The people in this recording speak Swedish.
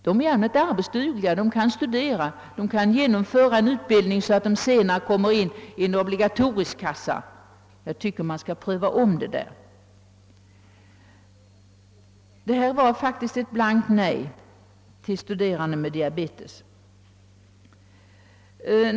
De är i allmänhet arbetsdugliga, de kan studera och genomföra en utbildning så att de senare kommer in i en obligatorisk kassa. Jag tycker att man skall pröva om denna fråga. Statsrådets svar innebär faktiskt ett blankt nej till studerande med diabetes.